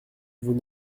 vous